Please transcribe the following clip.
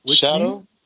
Shadow